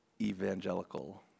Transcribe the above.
evangelical